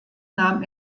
nahm